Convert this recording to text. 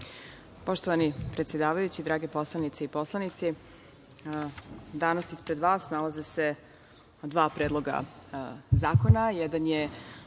Poštovani predsedavajući, dragi poslanici i poslanice, danas ispred vas nalaze se dva predloga zakona.